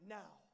now